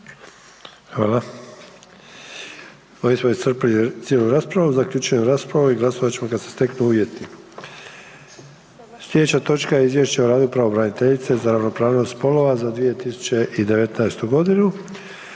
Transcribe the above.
Hvala. Ovime smo iscrpili cijelu raspravu, zaključujem raspravu i glasovat ćemo kada se steknu uvjeti. Sljedeća točka je: - Izvješće o radu pravobraniteljice za ravnopravnost spolova za 2019. godinu,